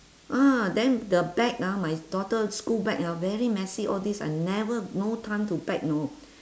ah then the bag ah my daughter school bag ah very messy all this I never no time to pack know